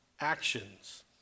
actions